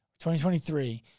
2023